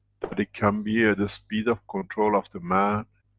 but it can be at the speed of control of the man,